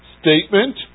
statement